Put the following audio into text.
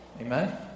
Amen